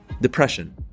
depression